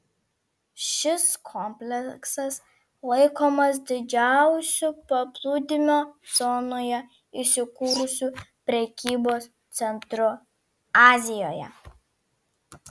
šis kompleksas laikomas didžiausiu paplūdimio zonoje įsikūrusiu prekybos centru azijoje